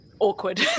awkward